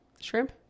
shrimp